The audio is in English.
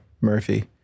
Murphy